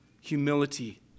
humility